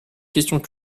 questions